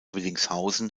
willingshausen